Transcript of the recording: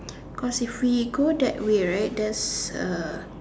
cause if we go that way right there's uh